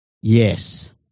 Yes